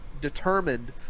determined